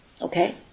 okay